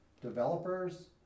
developers